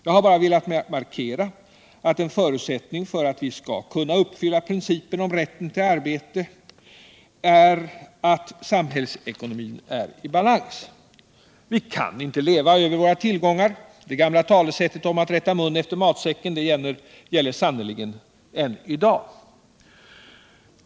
Jag har bara velat markera att en förutsättning för att vi skall kunna uppfylla principen om rätten till arbete är att samhällsekonomin är i balans. Vi kan inte leva över våra tillgångar. Det gamla talesättet om att rätta munnen efter matsäcken gäller sannerligen än i dag.